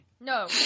No